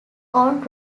own